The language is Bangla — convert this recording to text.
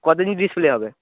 কত ইঞ্চি ডিসপ্লে হবে